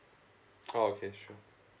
oh okay sure